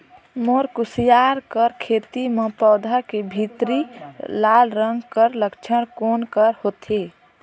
मोर कुसियार कर खेती म पौधा के भीतरी लाल रंग कर लक्षण कौन कर होथे?